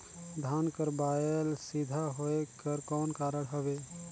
धान कर बायल सीधा होयक कर कौन कारण हवे?